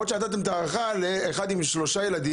יכול להיות שנתתם הארכה לאחד שיש לו 3 ילדים.